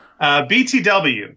BTW